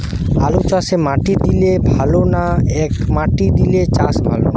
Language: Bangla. আলুচাষে মাটি দিলে ভালো না একমাটি দিয়ে চাষ ভালো?